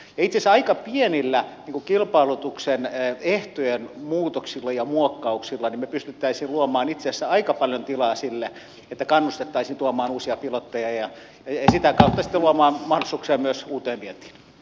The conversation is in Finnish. ja itse asiassa aika pienillä kilpailutuksen ehtojen muutoksilla ja muokkauksilla me pystyisimme luomaan aika paljon tilaa sille että kannustettaisiin tuomaan uusia pilotteja ympä ristö oman maan suksen myös muut äänet e